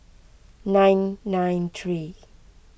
nine nine three